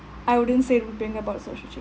I wouldn't say it would bring about social change